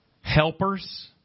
helpers